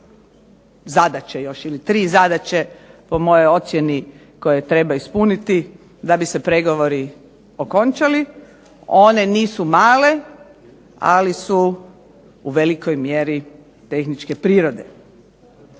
zadaće još ili tri zadaće po mojoj ocjeni koje treba ispuniti da bi se pregovori okončali. One nisu male, ali su u velikoj mjeri tehničke prirode.